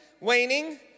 waning